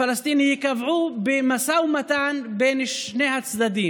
ייקבעו במשא ומתן בין שני הצדדים.